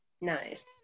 Nice